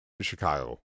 Chicago